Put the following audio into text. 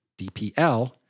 DPL